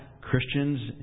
Christians